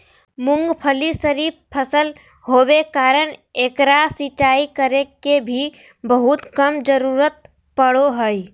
मूंगफली खरीफ फसल होबे कारण एकरा सिंचाई करे के भी बहुत कम जरूरत पड़ो हइ